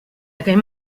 aquell